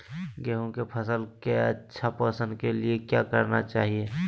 गेंहू की फसल के अच्छे पोषण के लिए क्या करना चाहिए?